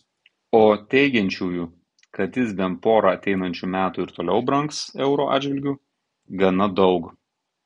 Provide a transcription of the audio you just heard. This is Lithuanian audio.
o teigiančiųjų kad jis bent porą ateinančių metų ir toliau brangs euro atžvilgiu gana daug